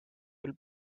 küll